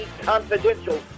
Confidential